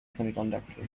semiconductor